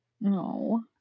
No